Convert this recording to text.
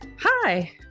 Hi